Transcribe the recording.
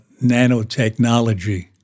nanotechnology